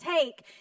take